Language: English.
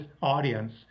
audience